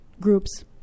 groups